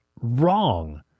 wrong